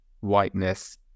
whiteness